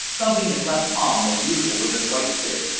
thumping his left palm as usual with his right fist,